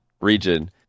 region